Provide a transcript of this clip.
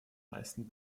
meisten